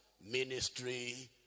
ministry